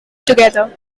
together